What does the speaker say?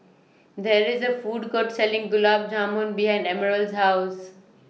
There IS A Food Court Selling Gulab Jamun behind Emerald's House